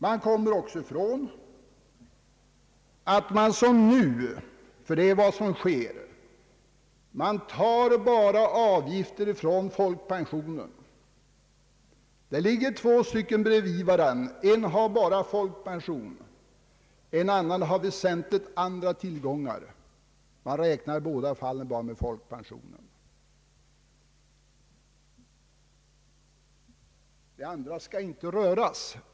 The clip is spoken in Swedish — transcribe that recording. Man kommer också ifrån att man som nu — det är vad som sker — bara tar avgifter från folkpensionen. Om två sjuka ligger bredvid varandra och en bara har folkpension, medan den andre har andra väsentliga tillgångar, räknar man i båda fallen endast med folkpensionen. Det andra skall inte röras.